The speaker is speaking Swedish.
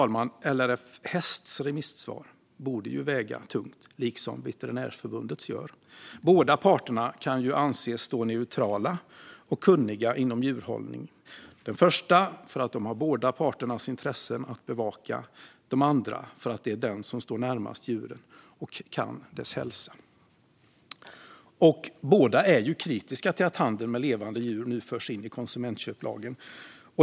LRF Hästs remissvar borde väga tungt liksom Veterinärförbundets gör. Båda parterna kan anses stå neutrala och kunniga inom djurhållning. Den första kan göra det för att de har båda parternas intressen att bevaka, och den andra för att det är den som står närmast djuren och kan deras hälsa. Båda är kritiska till att handel med levande djur nu förs in i konsumentköplagen.